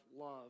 love